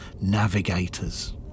navigators